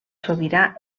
sobirà